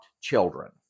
children